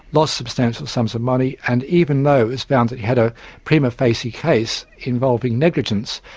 lost substantial sums of money. and even though it was found that he had a prima facie case involving negligence,